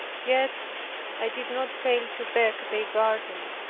yet i did not fail to beg their pardon,